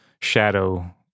shadow